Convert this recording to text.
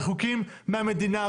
רחוקים מהמדינה,